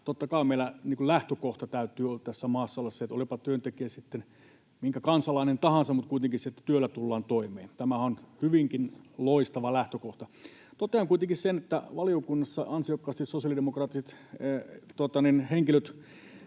Totta kai meillä lähtökohdan täytyy tässä maassa olla se, että olipa työntekijä sitten minkä maan kansalainen tahansa, työllä kuitenkin tullaan toimeen. Tämähän on hyvinkin loistava lähtökohta. Totean kuitenkin sen, että valiokunnassa sosiaalidemokraattiset jäsenet